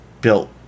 built